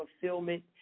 fulfillment